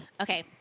Okay